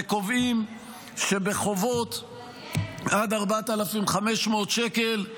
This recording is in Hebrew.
וקובעים שבחובות עד 4,500 שקל,